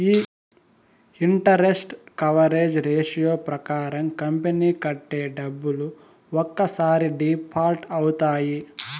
ఈ interest coverage ratio ప్రకారం company కట్టే డబ్బులు ఒక్కసారి డిఫాల్ట్ అవుతాయి